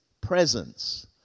presence